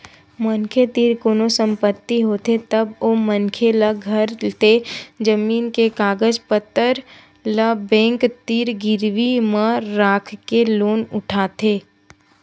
मनखे तीर कोनो संपत्ति होथे तब ओ मनखे ल घर ते जमीन के कागज पतर ल बेंक तीर गिरवी म राखके लोन उठाथे